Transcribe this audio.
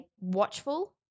watchful